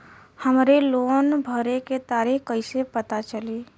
हमरे लोन भरे के तारीख कईसे पता चली?